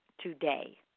today